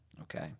okay